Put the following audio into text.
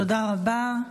תודה רבה.